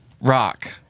rock